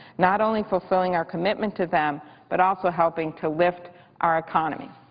not only fulfilling our commitment to them but also helping to lift our economy.